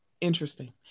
interesting